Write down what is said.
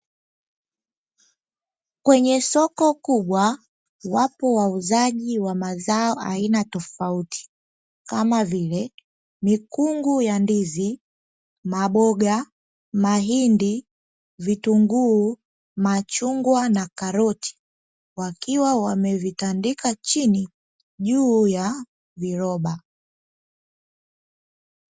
Kwenye soko kubwa wapo wauzaji wa mazao aina tofauti, kama vile; mikungu ya ndizi, maboga, mahindi, vitunguu, machungwa na karoti wakiwa wamevitandika chini juu ya viroba.